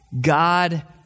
God